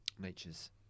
nature's